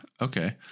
Okay